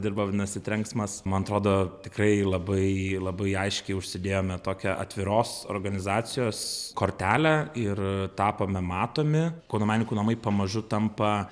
dirba vadinasi trenksmas man atrodo tikrai labai labai aiškiai užsidėjome tokią atviros organizacijos kortelę ir tapome matomi kauno menininkų namai pamažu tampa